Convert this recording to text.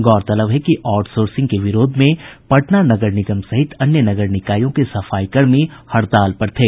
गौरतलब है कि आउटसोर्सिंग के विरोध में पटना नगर निगम सहित अन्य नगर निकायों के सफाई कर्मी हड़ताल पर थे